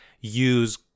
use